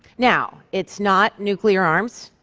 now, it's not nuclear arms,